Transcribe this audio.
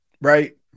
right